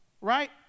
Right